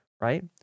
right